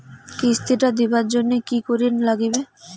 কিস্তি টা দিবার জন্যে কি করির লাগিবে?